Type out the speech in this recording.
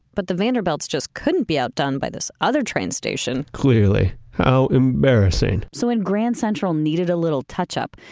but the vanderbilts just couldn't be out done by this other train station clearly. how embarrassing so when grand central needed a little touch up,